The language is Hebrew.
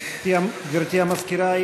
גברתי המזכירה,